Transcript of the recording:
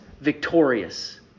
victorious